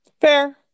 Fair